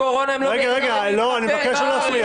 אבל בגלל קורונה הם לא יכולים --- אני מבקש לא להפריע.